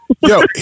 Yo